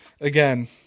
again